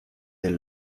del